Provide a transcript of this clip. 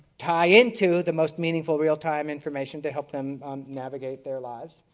tie in to the most meaningful real-time information to help them navigate their lives.